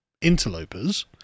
interlopers